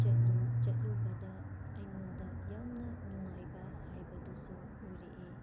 ꯆꯠꯂꯨ ꯆꯠꯂꯨꯕꯗ ꯑꯩꯉꯣꯟꯗ ꯌꯥꯝꯅ ꯅꯨꯡꯉꯥꯏꯕ ꯍꯥꯏꯕꯗꯨꯁꯨ ꯑꯣꯏꯔꯛꯑꯦ